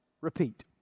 Repeat